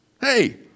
Hey